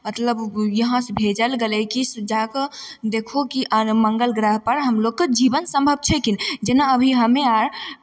मतलब यहाँसे भेजल गेलै की जा कऽ देखहो कि मङ्गल ग्रहपर हमलोगके जीवन सम्भव छै कि नहि जेना अभी हम्मे अर